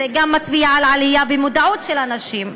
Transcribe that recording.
זה גם מצביע על עלייה במודעות של הנשים.